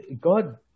God